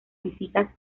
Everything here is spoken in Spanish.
visitas